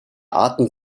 arten